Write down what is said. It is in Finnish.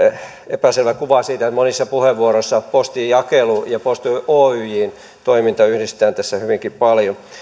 epäselvä kuva siitä että monissa puheenvuoroissa postinjakelu ja posti oyjn toiminta yhdistetään tässä hyvinkin paljon